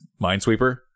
Minesweeper